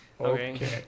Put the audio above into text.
Okay